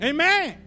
Amen